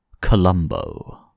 Colombo